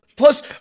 Plus